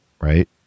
right